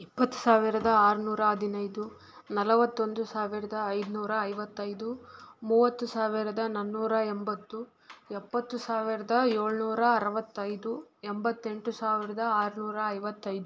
ಇಪ್ಪತ್ತು ಸಾವಿರದ ಆರು ನೂರ ಹದಿನೈದು ನಲವತ್ತೊಂದು ಸಾವಿರದ ಐದು ನೂರ ಐವತ್ತೈದು ಮೂವತ್ತು ಸಾವಿರದ ನಾನ್ನೂರ ಎಂಬತ್ತು ಎಪ್ಪತ್ತು ಸಾವಿರದ ಏಳು ನೂರ ಅರುವತ್ತೈದು ಎಂಬತ್ತೆಂಟು ಸಾವಿರದ ಆರು ನೂರ ಐವತ್ತೈದು